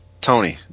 Tony